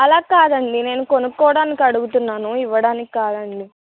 అలా కాదండి నేను కొనుక్కోడానికి అడుగుతున్నాను ఇవ్వడానికి కాదండి